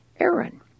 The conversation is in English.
Aaron